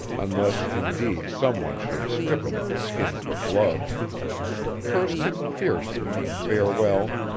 unless indeed some one should strip it of the skin for gloves cursed him fiercely in farewell,